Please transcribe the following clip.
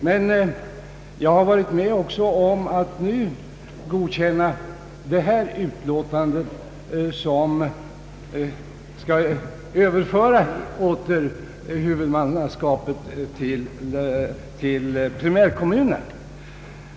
Men jag har även varit med om att nu godkänna detta utlåtande, som föreslår att huvudmannaskapet åter skall överföras till primärkommunerna.